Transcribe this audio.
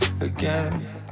again